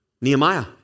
Nehemiah